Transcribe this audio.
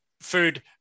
food